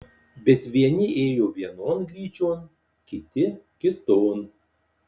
bet vieni ėjo vienon gryčion kiti kiton